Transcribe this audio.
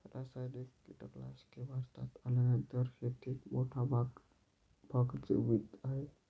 रासायनिक कीटनाशके भारतात आल्यानंतर शेतीत मोठा भाग भजवीत आहे